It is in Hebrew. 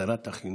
שרת החינוך.